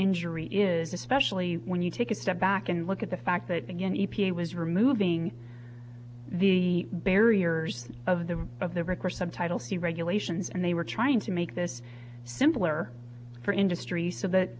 injury is especially when you take a step back and look at the fact that again e p a was removing the barriers of the of the requests subtitle c regulations and they were trying to make this simpler for industry so that